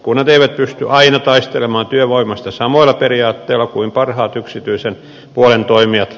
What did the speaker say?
kunnat eivät pysty aina taistelemaan työvoimasta samoilla periaatteilla kuin parhaat yksityisen puolen toimijat